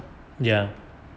ya